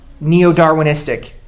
neo-Darwinistic